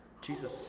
Jesus